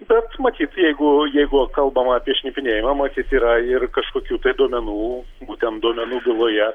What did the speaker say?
bet matyt jeigu jeigu kalbama apie šnipinėjimą matyt yra ir kažkokių tai duomenų būtent duomenų byloje